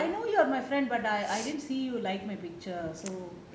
I know you are my friend but I I didn't see you like my picture so